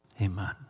amen